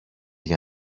για